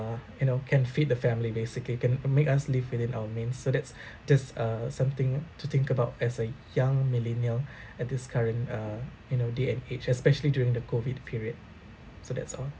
you know can feed the family basically can uh make us live within our means so that's just uh something to think about as a young millennial at this current uh you know day and age especially during the COVID period so that's all